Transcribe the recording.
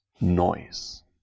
noise